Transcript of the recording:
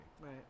Right